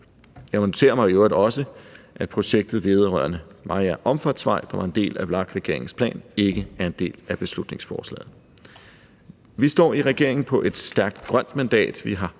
Jeg noterer mig i øvrigt også, at projektet vedrørende Mariager omfartsvej, der var en del af VLAK-regeringens plan, ikke er en del af beslutningsforslaget. Vi står i regeringen på et stærkt grønt mandat. Vi har